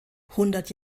hundert